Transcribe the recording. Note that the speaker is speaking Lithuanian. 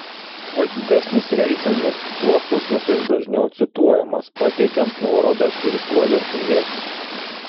kuo didesnis reitingas tuo puslapis dažniau cituojamas pateikiant nuorodas ir tuo vertingesnis